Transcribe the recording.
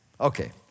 Okay